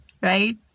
right